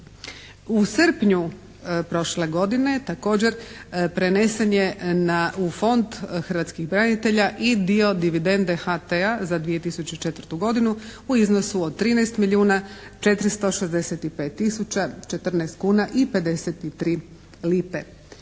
U srpnju prošle godine također prenesen je u Fond hrvatskih branitelja i dio dividende HT-a za 2004. godinu u iznosu od 13 milijuna 465 tisuća